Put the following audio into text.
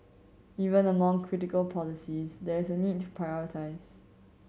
even among critical policies there is a need to prioritise